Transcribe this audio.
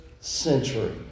century